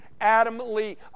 adamantly